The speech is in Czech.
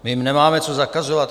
My jim nemáme co zakazovat.